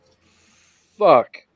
Fuck